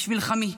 בשביל חמי,